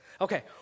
Okay